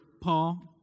Paul